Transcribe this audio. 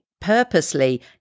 purposely